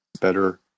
better